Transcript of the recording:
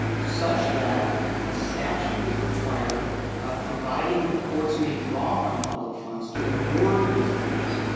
such that a statute is required ah providing that courts may draw on public funds to award these amounts.